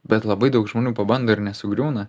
bet labai daug žmonių pabando ir nesugriūna